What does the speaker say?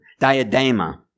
diadema